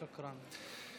שוכרן.